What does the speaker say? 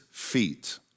feet